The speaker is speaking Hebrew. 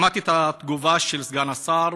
שמעתי את התגובה של סגן השר,